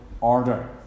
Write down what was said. order